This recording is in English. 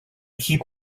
keep